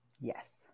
Yes